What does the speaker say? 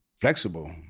flexible